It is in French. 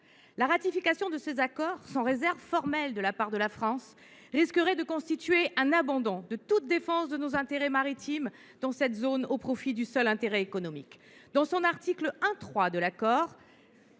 La ratification de ces accords, sans réserve formelle de la part de la France, risquerait de constituer un abandon de toute défense de nos intérêts maritimes dans cette zone, au profit du seul intérêt économique. Dans son article 1.3, l’accord